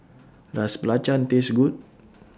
Does Belacan Taste Good